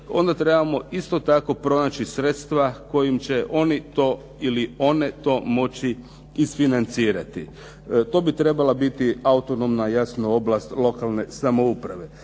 onda trebamo isto tako pronaći sredstva kojima će oni to ili one to moći isfinancirati. To bi trebala biti autonomna jasno oblast lokalne samouprave.